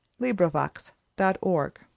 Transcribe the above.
LibriVox.org